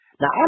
Now